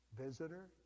visitor